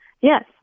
Yes